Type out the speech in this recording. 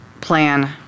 plan